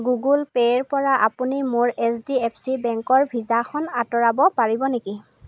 Google pay ৰ পৰা আপুনি মোৰ এইচ ডি এফ চি বেংকৰ ভিজাখন আঁতৰাব পাৰিব নেকি